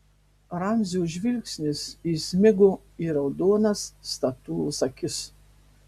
ramzio žvilgsnis įsmigo į raudonas statulos akis